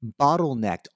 bottlenecked